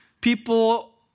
People